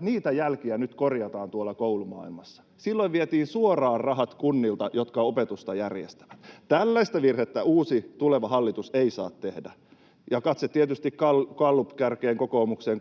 niitä jälkiä nyt korjataan tuolla koulumaailmassa. Silloin vietiin suoraan rahat kunnilta, jotka opetusta järjestävät. Tällaista virhettä uusi, tuleva hallitus ei saa tehdä, ja katse tietysti kohdistuu gallupkärkeen kokoomukseen.